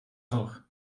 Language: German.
auch